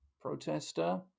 protester